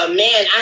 man